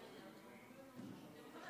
22 נגד,